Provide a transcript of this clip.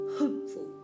Hopeful